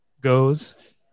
goes